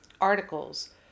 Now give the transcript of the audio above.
articles